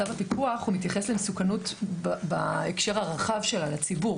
צו הפיקוח מתייחס למסוכנות בהקשר הרחב של הציבור.